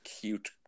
cute